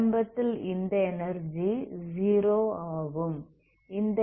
ஆரம்பத்தில் இந்த எனர்ஜி 0 ஆகும்